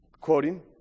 quoting